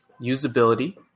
usability